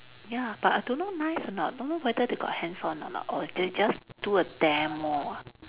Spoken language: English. ya but I don't know nice or not don't know whether they got hands on or not or they just do a demo ah